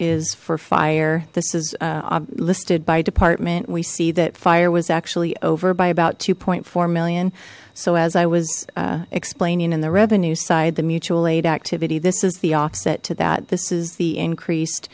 is for fire this is listed by department we see that fire was actually over by about two four million so as i was explaining in the revenue side the mutual aid activity this is the offset to that this is the increased